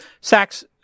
Sachs